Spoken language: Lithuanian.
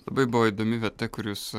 labai buvo įdomi vieta kur jus